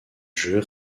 jeu